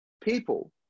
people